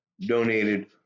donated